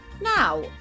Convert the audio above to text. Now